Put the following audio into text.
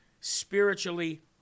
spiritually